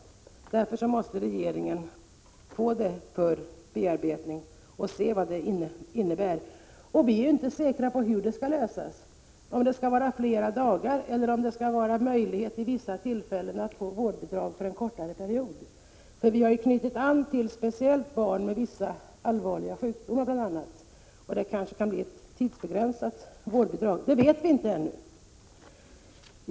Därför måste regeringen få det för beredning och se vad det kan betyda. Vi är inte säkra på hur det skall lösas — om vi skall besluta om fler dagar eller om möjlighet att vid vissa tillfällen ge vårdbidrag för en kortare period. Vi har knutit an speciellt till barn med vissa allvarliga sjukdomar. Det kanske kan komma att bli ett tidsbegränsat vårdbidrag. Det vet vi ännu inte.